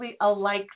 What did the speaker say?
alike